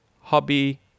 Hobby